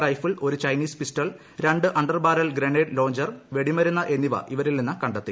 rifle ഒരു Chinese pistol ഒരു under barrel grenade launcher വെടിമരുന്ന് എന്നിവ ഇവരിൽ നിന്ന് കണ്ടെത്തി